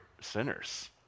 sinners